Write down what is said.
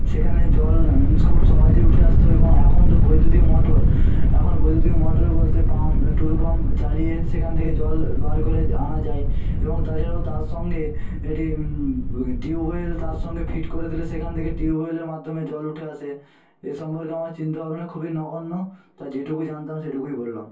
সেখানে জল খুব সহজেই উঠে আসতো এবং এখন তো বৈদ্যুতিক মোটর এখন বৈদ্যুতিক মোটর বলতে পাম্প টুলু পাম্প চালিয়ে সেখান থেকে জল বার করে আনা যায় এবং তাছাড়াও তার সঙ্গে এটি টিউব ওয়েল তার সঙ্গে ফিট করে দিলে সেখান থেকে টিউব ওয়েলের মাধ্যমে জল উঠে আসে এ সম্পর্কে আমার চিন্তাভাবনা খুবই নগণ্য তা যেটুকু জানতাম সেটুকুই বললাম